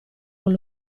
con